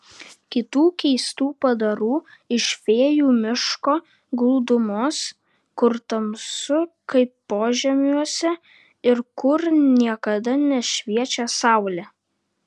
kitų keistų padarų iš fėjų miško glūdumos kur tamsu kaip požemiuose ir kur niekada nešviečia saulė